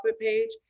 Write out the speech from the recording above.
page